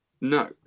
no